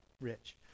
rich